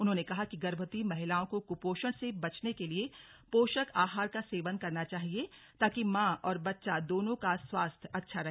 उन्होंने कहा कि गर्भवती महिलाओं को क्पोषण से बचने के लिए पोषक आहार का सेवन करना चाहिए ताकि मां और बच्चा दोनों का स्वास्थ्य अच्छा रहे